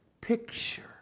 picture